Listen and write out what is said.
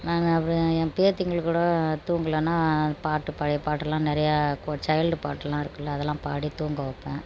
நான் என் பேத்திங்களுகு கூட தூங்கலனா பாட்டு பழைய பாட்டுலாம் நிறைய கோ சயில்டு பாட்டுலாம் இருக்குல்ல அதெல்லாம் பாடி தூங்க வப்பேன்